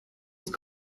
ist